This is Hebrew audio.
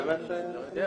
צמיחה למשק, או